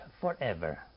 forever